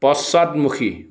পশ্চাদমুখী